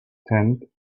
tent